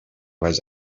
was